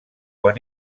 quan